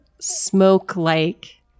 smoke-like